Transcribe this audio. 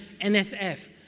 NSF